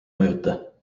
mõjuta